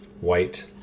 white